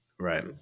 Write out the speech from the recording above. Right